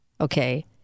okay